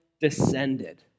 descended